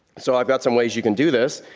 so i've got some ways you can do this.